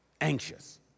anxious